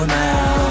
now